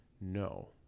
no